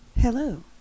Hello